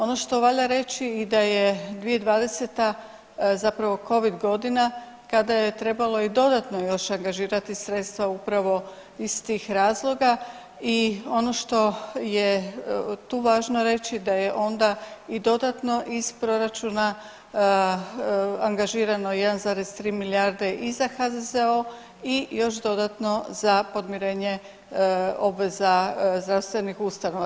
Ono što valja reći i da je 2020. zapravo covid godina kada je trebalo i dodatno još angažirati sredstva upravo iz tih razloga i ono što je tu važno reći da je onda i dodatno iz proračuna angažirano 1,3 milijarde i za HZZO i još dodatno za podmirenje obveza zdravstvenih ustanova.